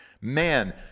man